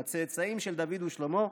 לצאצאים של דוד ושלמה,